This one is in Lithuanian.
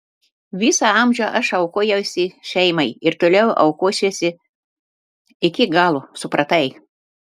visą amžių aš aukojausi šeimai ir toliau aukosiuosi iki galo supratai